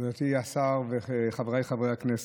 גברתי השרה, חבריי חברי הכנסת,